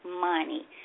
Money